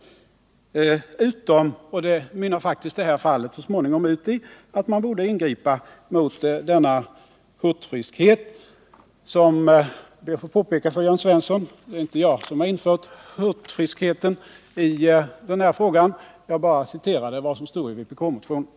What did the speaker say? Motionen mynnar faktiskt i det här fallet så småningom ut i att JO borde ha ingripit mot den hurtfriskhet som förekommer inom försvaret. Jag ber att få påpeka för Jörn Svensson att det inte är jag som har infört hurtfriskheten i den här diskussionen. Jag bara citerade vad som står i vpk-motionen.